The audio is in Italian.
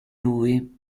lui